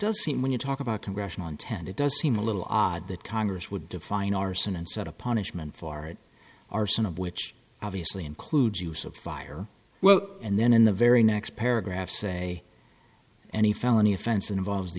does seem when you talk about congressional intent it does seem a little odd that congress would define arson and set a punishment for our arsenal which obviously includes use of fire well and then in the very next paragraph say any felony offense involves t